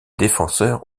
défenseur